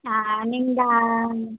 ஆ நீங்கள்